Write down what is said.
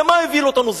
למה הוביל אותנו?